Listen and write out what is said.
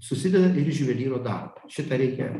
susideda ir iš juvelyro darbo šitą reikia